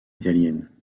italienne